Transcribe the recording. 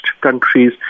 countries